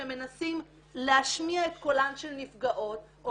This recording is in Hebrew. שמנסים להשמיע את קולן של נפגעות,